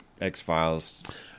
X-Files